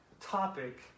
topic